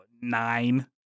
nine